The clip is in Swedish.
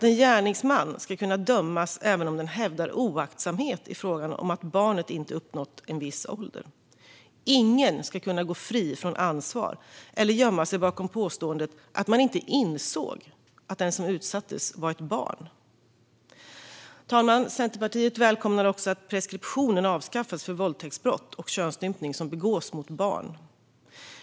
En gärningsman ska kunna dömas även om denne hävdar oaktsamhet i fråga om att barnet inte uppnått en viss ålder. Ingen ska kunna gå fri från ansvar eller gömma sig bakom påståendet att man inte insåg att den som utsattes var ett barn. Fru talman! Centerpartiet välkomnar också att preskriptionen avskaffas för våldtäktsbrott och könsstympning som begås mot barn.